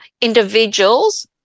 individuals